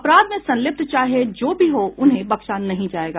अपराध में संलिप्त चाहे जो भी हो उन्हें बख्शा नहीं जाएगा